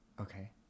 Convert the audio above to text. Okay